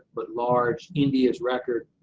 but large. india's record,